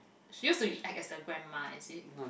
used to be act as a grandma is it